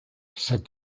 said